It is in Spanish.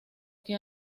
que